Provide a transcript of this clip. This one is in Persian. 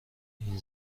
این